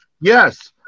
Yes